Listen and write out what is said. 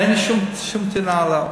אין לי שום טינה אליו.